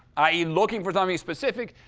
are you looking for something specific?